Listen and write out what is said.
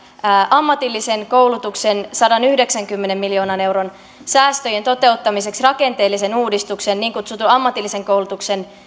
ammatillisen koulutuksen sadanyhdeksänkymmenen miljoonan euron säästöjen toteuttamiseksi rakenteellisen uudistuksen niin kutsutun ammatillisen koulutuksen